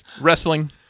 wrestling